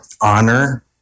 honor